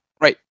right